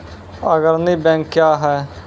अग्रणी बैंक क्या हैं?